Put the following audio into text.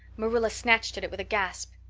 marilla snatched at it with a gasp.